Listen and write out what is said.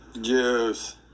Juice